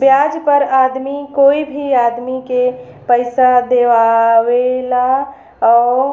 ब्याज पर आदमी कोई भी आदमी के पइसा दिआवेला ओ